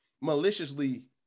maliciously